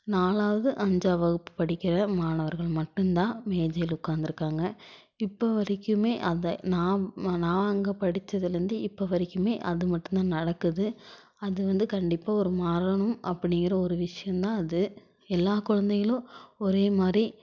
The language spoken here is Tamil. நாலாவது அஞ்சாம் வகுப்பு படிக்கிற மாணவர்கள் மட்டும் தான் மேஜையில் உட்காந்துருக்காங்க இப்போ வரைக்குமே அதை நாம் நான் அங்கே படித்ததுலந்து இப்போ வரைக்குமே அது மட்டும் தான் நடக்குது அது வந்து கண்டிப்பாக ஒரு மாறணும் அப்படிங்கிற ஒரு விஷயம் தான் அது எல்லா குழந்தைங்களும் ஒரே மாதிரி